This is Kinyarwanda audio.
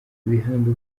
ibihembo